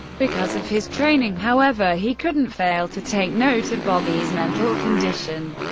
because of his training, however, he couldn't fail to take note of bobby's mental condition.